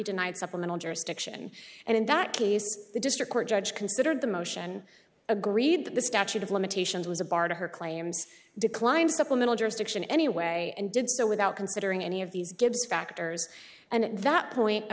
denied supplemental jurisdiction and in that case the district court judge considered the motion agreed that the statute of limitations was a bar to her claims declined supplemental jurisdiction anyway and did so without considering any of these gives factors and at that point